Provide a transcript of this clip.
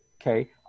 okay